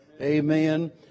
Amen